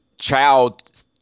child